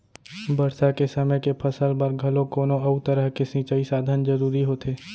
बरसा के समे के फसल बर घलोक कोनो अउ तरह के सिंचई साधन जरूरी होथे